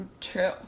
True